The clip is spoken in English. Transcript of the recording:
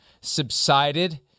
subsided